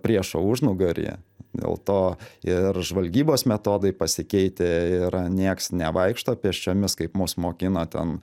priešo užnugaryje dėl to ir žvalgybos metodai pasikeitę ir nieks nevaikšto pėsčiomis kaip mus mokino ten